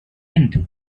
tent